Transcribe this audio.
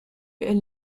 est